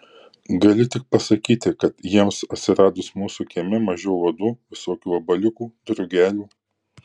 galiu tik pasakyti kad jiems atsiradus mūsų kieme mažiau uodų visokių vabaliukų drugelių